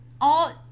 All-